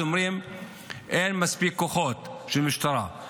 אומרים שאין מספיק כוחות של משטרה,